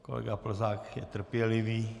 Kolega Plzák je trpělivý.